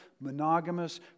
monogamous